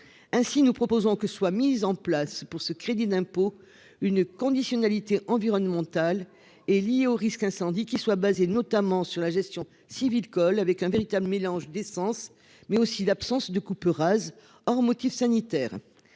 Ainsi, nous proposons que soit mise en place pour ce crédit d'impôt une conditionnalité environnementale est lié au risque incendie qui soit, et notamment sur la gestion civile avec un véritable mélange d'essence mais aussi l'absence de coupe rase hors motifs sanitaires.